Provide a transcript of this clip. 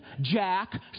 Jack